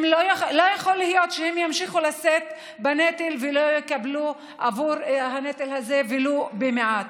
לא יכול להיות שהם ימשיכו לשאת בנטל ולא יקבלו עבור הנטל הזה ולו מעט.